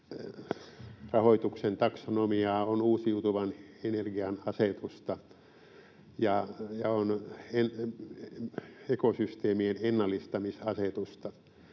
rahoituksen taksonomiaa, on uusiutuvan energian asetusta ja on ekosysteemien ennallistamisasetusta,